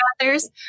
authors